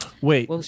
wait